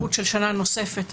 האפשרות של שנה נוספת,